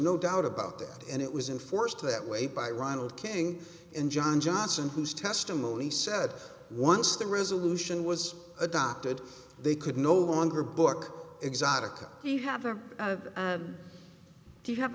no doubt about that and it was in force to that way by ronald king and john johnson whose testimony said once the resolution was adopted they could no longer book exotica we have a do you have